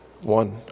One